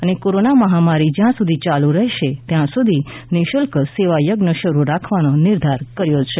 અને કોરોના મહામારી જ્યાં સુધી ચાલુ રહશે ત્યાં સુધી નિઃશુલ્ક સેવાયજ્ઞ શરુ રાખવાનો નિર્ધાર કર્યો છે